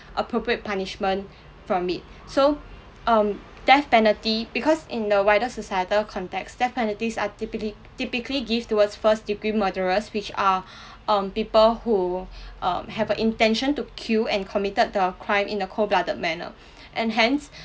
appropriate punishment from it so um death penalty because in the wider societal context death penalties are typically typically give towards first-degree murderers which are um people who um have an intention to kill and committed the crime in a cold-blooded manner and hence